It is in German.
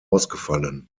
ausgefallen